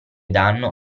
danno